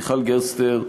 מיכל גרסטלר,